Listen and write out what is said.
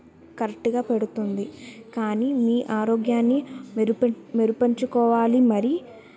కరెక్ట్గా పెడుతుంది కానీ మీ ఆరోగ్యాన్ని మెరుపు మెరిపించుకోవాలి మరి